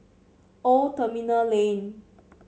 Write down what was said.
Old Terminal Lane